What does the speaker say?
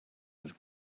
was